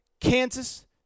Kansas